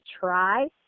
try